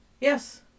Yes